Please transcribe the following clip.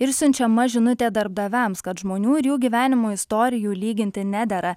ir siunčiama žinutė darbdaviams kad žmonių ir jų gyvenimo istorijų lyginti nedera